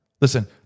Listen